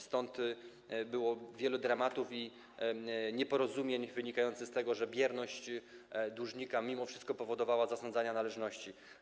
Stąd było wiele dramatów i nieporozumień wynikających z tego, że bierność dłużnika mimo wszystko powodowała zasądzanie należności.